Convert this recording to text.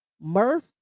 Murph